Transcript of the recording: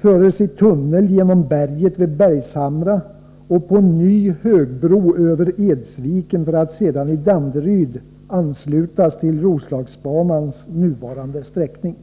förs i tunnel genom berget vid Bergshamra och på en ny högbro över Edsviken för att sedan i Danderyd anslutas till Roslagsbanans nuvarande sträckning.